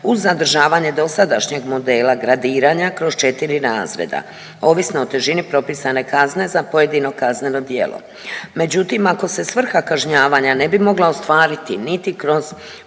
uz zadržavanje dosadašnjeg modela gradiranja kroz 4 razreda, ovisno o težini propisane kazne za pojedino kazneno djelo. Međutim, ako se svrha kažnjavanja ne bi mogla ostvariti niti kroz